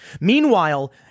Meanwhile